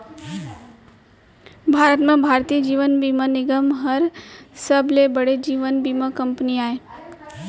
भारत म भारतीय जीवन बीमा निगम हर सबले बड़े जीवन बीमा कंपनी आय